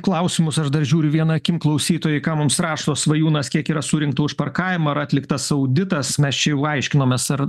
klausimus aš dar žiūriu viena akim klausytojai ką mums rašo svajūnas kiek yra surinkta už parkavimą ar atliktas auditas mes čia jau aiškinomės ar